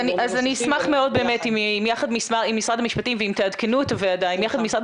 אז אני אשמח מאוד אם תעדכנו את הוועדה ויחד עם משרד